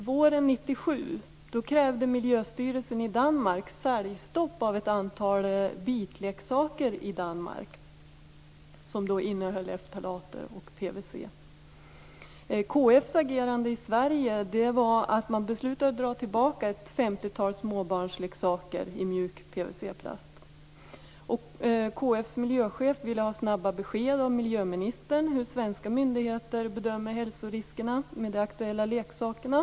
Våren 1997 krävde miljöstyrelsen i Danmark säljstopp för ett antal leksaker i Danmark som innehöll ftalater och PVC. KF:s agerande i Sverige var att man beslutade att dra tillbaka ett femtiotal småbarnsleksaker i mjuk PVC plast. KF:s miljöchef ville ha snabba besked av miljöministern om hur svenska myndigheter bedömer hälsoriskerna med de aktuella leksakerna.